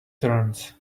turns